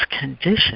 condition